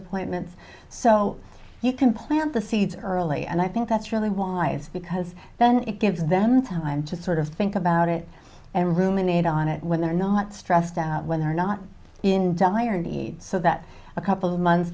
appointments so you can plant the seeds early and i think that's really why it's because then it gives them time to sort of think about it and ruminate on it when they're not stressed out when they're not in dire need so that a couple of months